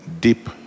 deep